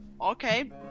Okay